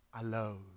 alone